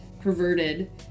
perverted